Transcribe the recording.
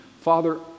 Father